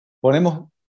ponemos